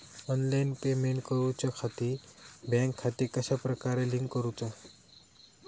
Online payment करुच्याखाती bank खाते कश्या प्रकारे लिंक करुचा?